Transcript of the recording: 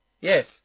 Yes